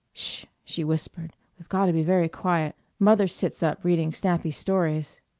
she whispered, we've got to be very quiet. mother sits up reading snappy stories.